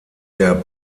der